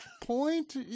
point